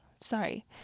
Sorry